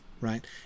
right